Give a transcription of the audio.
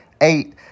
Eight